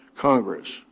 Congress